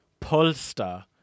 Polster